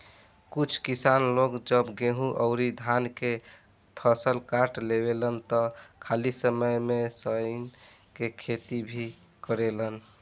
कुछ किसान लोग जब गेंहू अउरी धान के फसल काट लेवेलन त खाली समय में सनइ के खेती भी करेलेन